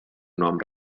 nom